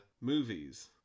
movies